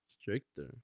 Stricter